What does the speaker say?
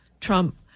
Trump